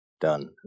done